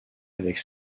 avec